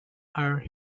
are